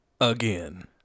Again